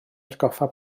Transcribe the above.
atgoffa